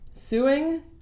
Suing